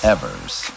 Evers